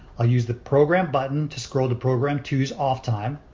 i'll use the program button to scroll to program two's off time.